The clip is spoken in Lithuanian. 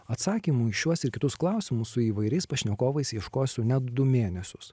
atsakymų į šiuos ir kitus klausimus su įvairiais pašnekovais ieškosiu net du mėnesius